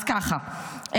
אז ככה,